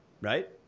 right